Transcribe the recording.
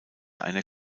einer